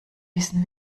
wissen